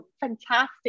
fantastic